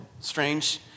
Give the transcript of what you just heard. strange